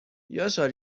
یاشار